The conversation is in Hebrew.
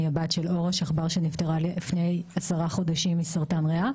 אני הבת של אורה שחבר שנפטרה לפני עשרה חודשים מסרטן ריאה.